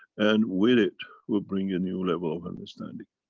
and with it, we'll bring a new level of understanding.